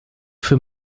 für